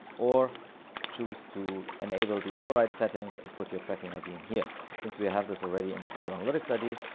or choose to enable the override settings and put your tracking id in here. but since we have this already in a google analytics id,